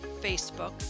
Facebook